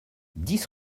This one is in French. dix